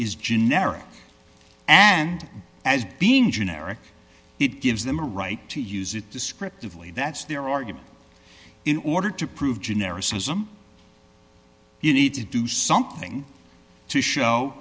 is generic and as being generic it gives them a right to use it descriptively that's their argument in order to prove generis was i'm you need to do something to show